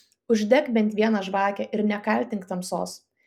uždek bent vieną žvakę ir nekaltink tamsos